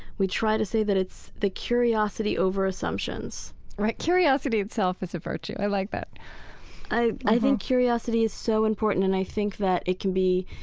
we try to say that it's the curiosity over assumptions curiosity itself is a virtue. i like that i i think curiosity is so important, and i think that it can be,